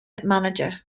manager